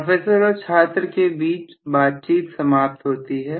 professor और छात्र के बीच बातचीत समाप्त होती है